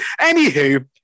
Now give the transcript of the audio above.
Anywho